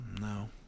No